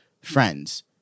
friends